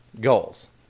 goals